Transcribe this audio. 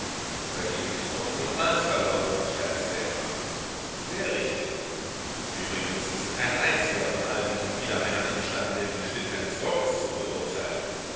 bei dem ist hopfen und malz verloren scherzte emma sehr richtig übrigens ist kein einziger von all diesen biedermännern imstande den schnitt eines rockes zu beurteilen